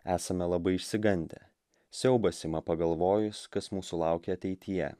esame labai išsigandę siaubas ima pagalvojus kas mūsų laukia ateityje